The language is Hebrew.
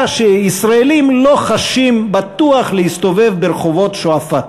שישראלים לא חשים בטוח להסתובב ברחובות שועפאט.